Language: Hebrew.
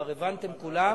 כבר הבנתם כולם.